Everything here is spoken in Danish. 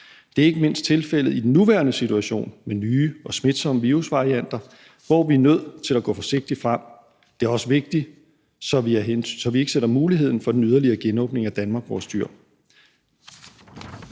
Det er ikke mindst tilfældet i den nuværende situation med nye og smitsomme virusvarianter, hvor vi er nødt til at gå forsigtigt frem. Det er også vigtigt, så vi ikke sætter muligheden for den yderligere genåbning af Danmark over styr.